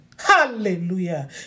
Hallelujah